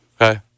Okay